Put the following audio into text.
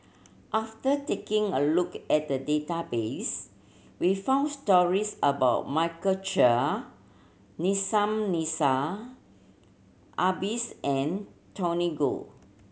after taking a look at the database we found stories about Michael Chiang Nissim Adis and Tony Khoo